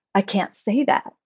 i can't say that.